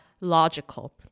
logical